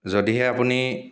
যদিহে আপুনি